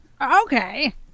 Okay